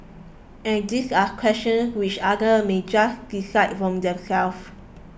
and these are questions which others may just decide for themselves